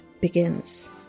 begins